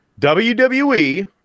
WWE